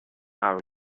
our